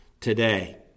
today